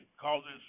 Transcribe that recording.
causes